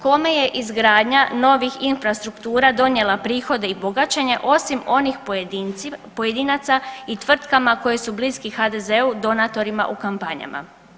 Kome je izgradnja novih infrastruktura donijela prihode i bogaćenje osim onih pojedinaca i tvrtkama koje su bliski HDZ-u donatorima u kampanjama.